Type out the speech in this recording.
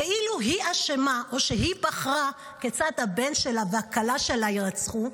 כאילו היא אשמה או שהיא בחרה כיצד הבן שלה והכלה שלה יירצחו,